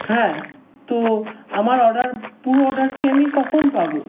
হ্যাঁ তো আমার অর্ডার পুরো অর্ডারটি আমি কখন পাবো